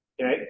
Okay